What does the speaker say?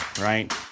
right